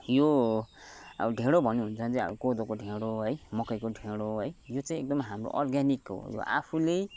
यो अब ढेँडो भन्नुहुन्छ भने चाहिँ कोदोको ढेँडो है मकैको ढेँडो है यो चाहिँ हाम्रो अर्ग्यानिक हो यो आफूले